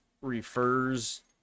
refers